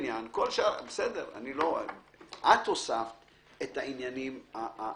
את הוספת את העניינים הנוספים.